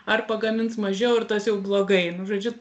ar pagamins mažiau ir tas jau blogai nu žodžiu